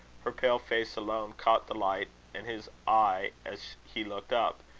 her pale face alone caught the light and his eye as he looked up,